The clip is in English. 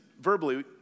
verbally